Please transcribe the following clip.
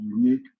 unique